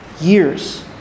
years